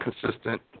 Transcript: consistent